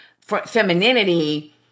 femininity